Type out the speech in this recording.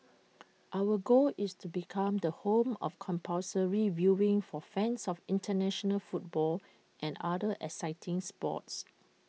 our goal is to become the home of compulsory viewing for fans of International football and other exciting sports